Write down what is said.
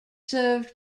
served